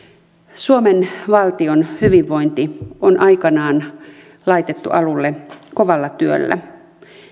suomen valtion hyvinvointi on aikanaan laitettu alulle kovalla työllä